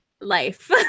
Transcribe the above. life